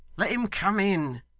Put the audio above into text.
let him come in